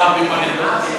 השר פירון נכנס?